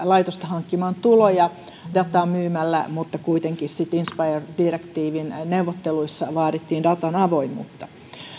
laitosta hankkimaan tuloja dataa myymällä mutta kuitenkin sitten inspire direktiivin neuvotteluissa vaadittiin datan avoimuutta